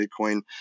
Bitcoin